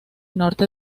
norte